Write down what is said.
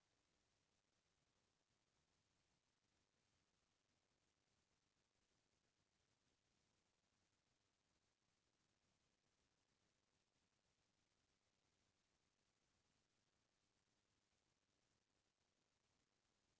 मनसे मन ओकर बियाज दर जादा रही सोच के कोनो कंपनी के बांड कोती जाथें